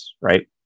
right